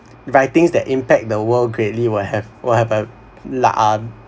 writings that impact the world greatly will have will have a la~